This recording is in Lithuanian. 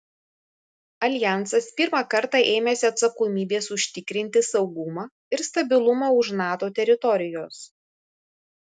aljansas pirmą kartą ėmėsi atsakomybės užtikrinti saugumą ir stabilumą už nato teritorijos